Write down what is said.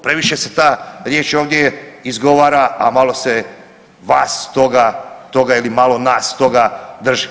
Previše se ta riječ ovdje izgovara, a malo se vas toga, ili malo nas toga drži.